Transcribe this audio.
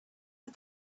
but